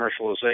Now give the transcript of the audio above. commercialization